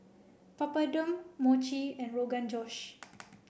Papadum Mochi and Rogan Josh